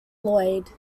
lloyd